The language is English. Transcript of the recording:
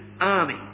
army